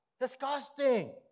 disgusting